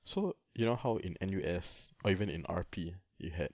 so you know how in N_U_S or even in R_P you had